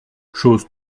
chose